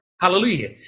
Hallelujah